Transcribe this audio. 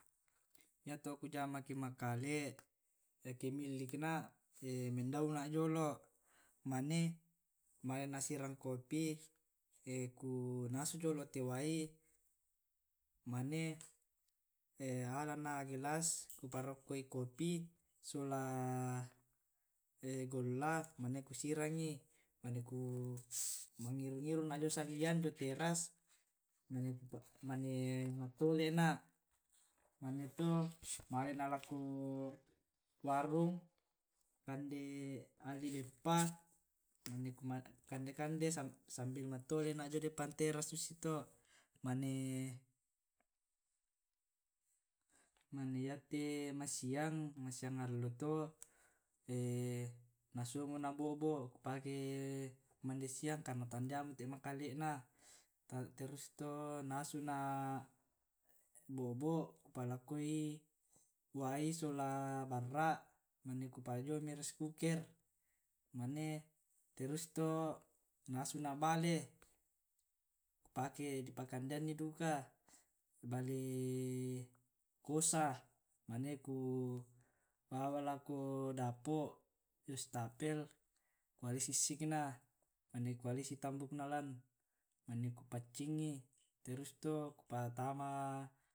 Yato ku jama ke makale' ke millik mendau'na jolo mane male na sirang kopi, kunasu jolo'te wai, mane alana' gelas ku parokkoi kopi sola golla mane kusirangngi mane ku mangngiru iru' na jio saleang jio teras, mane mattole'na', mane to male na' lako warung ngalli beppa, mane ku kande kande sambil mattole'na jio depan teras susi to'. Mane yate masiang, masiang ngallo to nasu omo na bo'bo' kupake kumande siang karna tandia'mo te makale'na terus to nasu na' bo'bo' ku palakoi wai sola barra', mane ku pajiomi rice kuker, mane terus to nasuna bale kupake pa'kandeanni duka. Bale kosa mana kubawa lako dapo' jio westafel, kualai' sissikna, mane kualai issi tambukna lan mane kupaccingngi terus to ku patama.